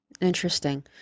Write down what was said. interesting